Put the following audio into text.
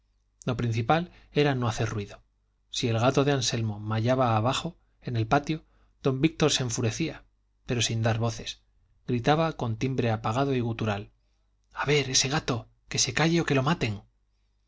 lo principal era no hacer ruido si el gato de anselmo mayaba abajo en el patio don víctor se enfurecía pero sin dar voces gritaba con timbre apagado y gutural a ver ese gato que se calle o que lo maten